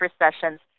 recessions